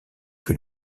que